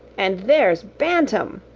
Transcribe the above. and there's bantam!